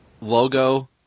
logo